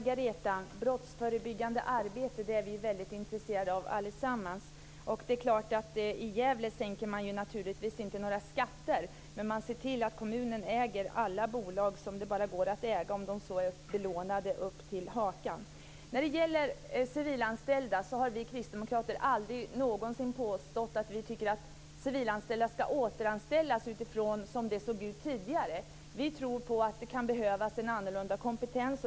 Fru talman! Vi är alla intresserade av brottsförebyggande arbete, Margareta Sandgren. I Gävle sänks inte några skatter, men kommunen äger alla bolag som över huvud taget går att äga om de så är belånade upp till hakan. Vi kristdemokrater har aldrig påstått att vi tycker att civilanställda skall återanställas med utgångspunkt i hur det såg ut tidigare. Vi tror att det kan behövas en annorlunda kompetens.